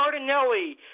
Cardinelli